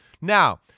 Now